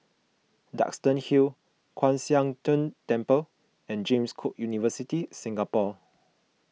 Duxton Hill Kwan Siang Tng Temple and James Cook University Singapore